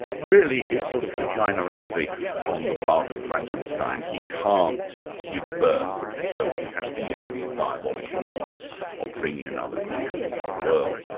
really it's sort of vagina envy on the part of frankenstein, he can't give birth, so he has to use these diabolical means of bringing another creature into the world.